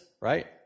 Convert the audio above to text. right